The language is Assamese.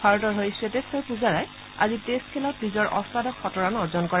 ভাৰতৰ হৈ শ্বেতেশ্বৰ পূজাৰাই আজি টেষ্ট খেলত নিজৰ অট্টাদশ শতৰাণ অৰ্জন কৰে